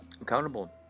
accountable